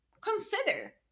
consider